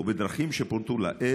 או בדרכים שפורטו לעיל,